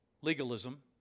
legalism